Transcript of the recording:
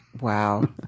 Wow